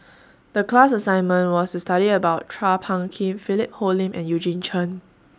The class assignment was to study about Chua Phung Kim Philip Hoalim and Eugene Chen